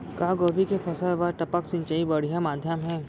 का गोभी के फसल बर टपक सिंचाई बढ़िया माधयम हे?